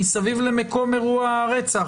מסביב למקום אירוע הרצח,